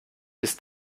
bis